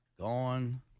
Gone